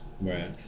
right